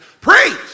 preach